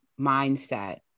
mindset